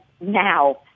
now